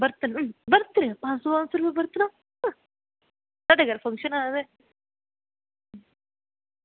बरतन पंज सौ पंज सौ रपेआ बरतना थुआढ़े अगर फंक्शन ऐ ते